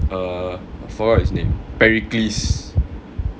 err I forgot his name perikles